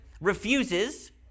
Refuses